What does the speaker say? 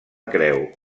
creu